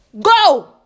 go